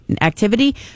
activity